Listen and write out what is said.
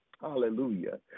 hallelujah